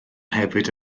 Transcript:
hefyd